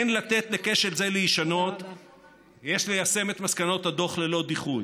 אין לתת לכשל זה להישנות ויש ליישם את מסקנות הדוח ללא דיחוי".